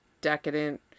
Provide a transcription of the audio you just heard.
decadent